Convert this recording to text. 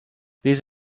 these